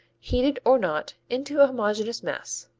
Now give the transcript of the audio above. heated or not, into a homogeneous mass.